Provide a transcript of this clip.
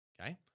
Okay